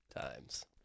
times